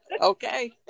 Okay